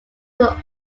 were